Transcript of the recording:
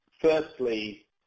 Firstly